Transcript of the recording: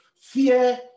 Fear